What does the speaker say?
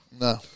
No